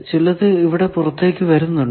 ചിലതു ഇവിടെ പുറത്തു വരുന്നുണ്ട്